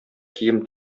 кием